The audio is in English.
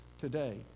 today